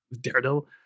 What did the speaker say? Daredevil